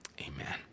Amen